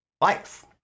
life